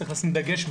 צריך לשים דגש,